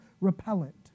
repellent